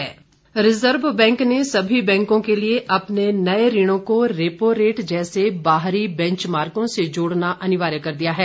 are B I reserve bank ने सभी बैंको के लिए अपने नये ऋणों को रेपो रेट जैसे बाहरी बैंचमाकों से जोड़ना अनिवार्य कर दिया है